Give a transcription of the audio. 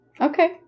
Okay